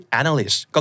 analysts